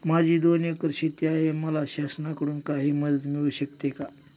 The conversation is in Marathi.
माझी दोन एकर शेती आहे, मला शासनाकडून काही मदत मिळू शकते का?